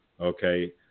Okay